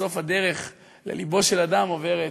בסוף, הדרך ללבו של אדם עוברת,